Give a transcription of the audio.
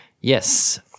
Yes